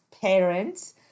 parents